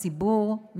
הציבור,